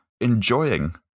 enjoying